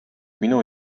minu